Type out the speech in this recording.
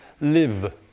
live